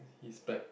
he's back